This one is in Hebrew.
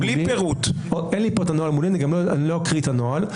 אני גם לא אקרא את הנוהל,